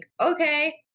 okay